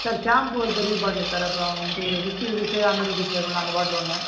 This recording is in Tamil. சார் ஷாம்பு ஒரு பெரிய பாட்லு சார் அப்புறம் வந்துவிட்டு ஒரு ஃபிஃப்ட்டி ருப்பீஸு ஹண்ட்ரட் ருப்பீஸில் இருக்கும்ல அந்த பாட்லு ஒன்று